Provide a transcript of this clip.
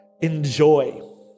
enjoy